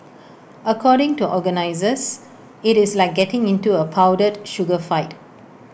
according to organisers IT is like getting into A powdered sugar food fight